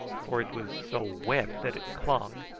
for it was so wet that it clung,